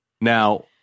Now